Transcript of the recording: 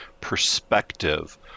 perspective